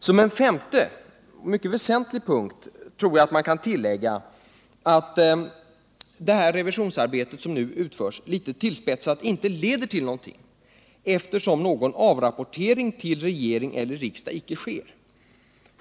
Som en femte och mycket väsentlig punkt tror jag att man litet tillspetsat kan säga att det revisionsarbete som nu utförs inte leder till någonting, eftersom någon rapportering till regering eller riksdag inte sker.